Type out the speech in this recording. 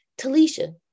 Talisha